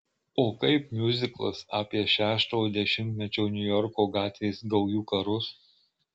o kaip miuziklas apie šeštojo dešimtmečio niujorko gatvės gaujų karus